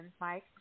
Mike